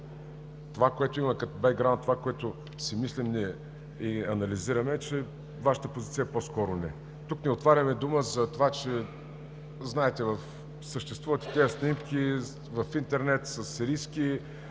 Това, което има като бекграунд, това, което си мислим ние и анализираме, че Вашата позиция е по-скоро: не! Тук не отваряме дума за това, знаете, че съществуват и тези снимки в интернет – със сирийски